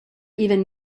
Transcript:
even